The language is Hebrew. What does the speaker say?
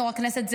יו"ר הכנסת,